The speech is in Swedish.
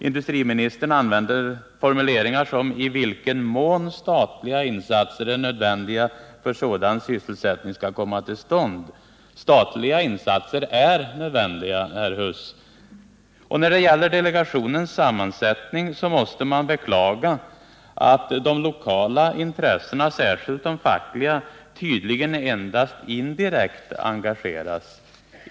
Industriministern använder formuleringar som ”i vilken mån statliga insatser är nödvändiga för att sådan sysselsättning skall komma till stånd”. Men statliga insatser är nödvändiga, herr Huss! Och när det gäller delegationens sammansättning måste man beklaga att de lokala intressena, särskilt de fackliga, tydligen kommer att engageras endast indirekt.